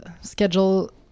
schedule